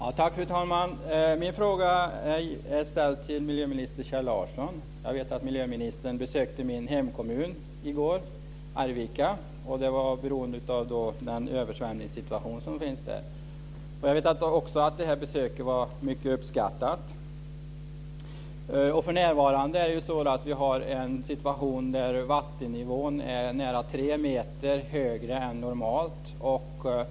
Fru talman! Jag ställer min fråga till miljöminister Kjell Larsson. Jag vet att miljöministern besökte min hemkommun Arvika i går. Det berodde på den översvämningssituation som finns där. Jag vet också att det här besöket var mycket uppskattat. För närvarande är vattennivån nära tre meter högre än normalt.